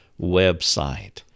website